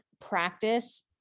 practice